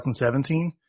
2017